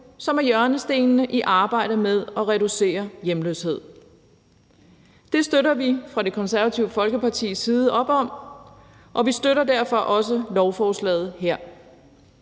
som er hjørnestenene i arbejdet med at reducere hjemløshed. Det støtter vi fra Det Konservative Folkepartis side op om, og vi støtter derfor også lovforslaget her.